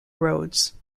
roads